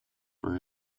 were